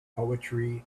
poetry